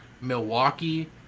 Milwaukee